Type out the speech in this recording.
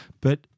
But-